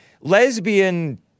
lesbian